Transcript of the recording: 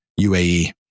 UAE